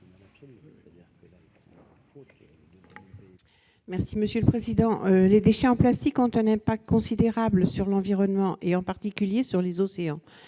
Mme Jacky Deromedi. Les déchets en plastique ont un impact considérable sur l'environnement et, en particulier, sur les océans.